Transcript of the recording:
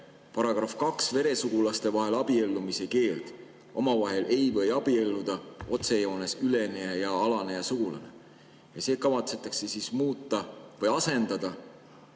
nõnda: § 2. Veresugulaste vahel abiellumise keeld. Omavahel ei või abielluda otsejoones üleneja ja alaneja sugulane. Ja seda kavatsetakse muuta, asendada